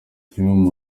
kimwe